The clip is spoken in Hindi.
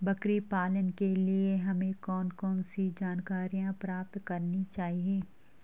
बकरी पालन के लिए हमें कौन कौन सी जानकारियां प्राप्त करनी चाहिए?